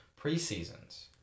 preseasons